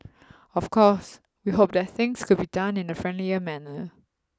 of course we hope that things could be done in a friendlier manner